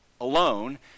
alone